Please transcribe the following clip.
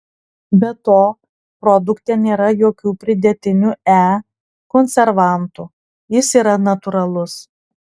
be to produkte nėra jokių pridėtinių e konservantų jis yra natūralus